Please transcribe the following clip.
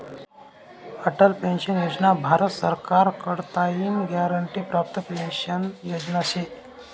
Atal pension योजना भारत सरकार कडताईन ग्यारंटी प्राप्त पेंशन योजना शे